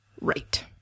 Right